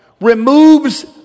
removes